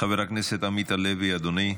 חבר הכנסת עמית הלוי, אדוני,